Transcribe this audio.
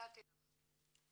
נתתי לך.